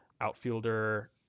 outfielder